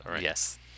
yes